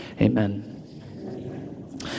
Amen